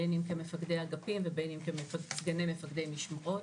בין אם כמפקדי אגפים ובין אם כסגני מפקדי משמורות.